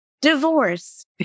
divorce